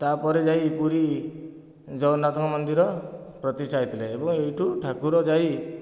ତାପରେ ଯାଇ ପୁରୀ ଜଗନ୍ନାଥ ମନ୍ଦିର ପ୍ରତିଷ୍ଠା ହୋଇଥିଲା ଏବଂ ଏଇଠୁ ଠାକୁର ଯାଇ